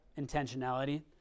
intentionality